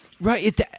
Right